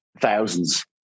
thousands